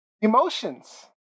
emotions